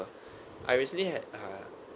I recently uh